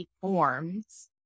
forms